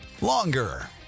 longer